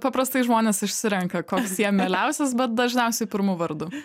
paprastai žmonės išsirenka koks jiem mieliausias bet dažniausiai pirmu vardu